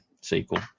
sequel